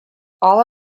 all